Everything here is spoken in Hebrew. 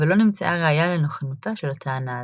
אבל לא נמצאה ראיה לנכונותה של הטענה הזו.